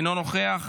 אינו נוכח,